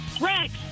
Rex